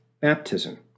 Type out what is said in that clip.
baptism